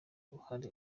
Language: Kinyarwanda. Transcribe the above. uruhare